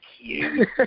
cute